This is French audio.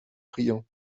riant